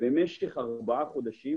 במשך 4 חודשים